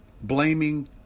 blaming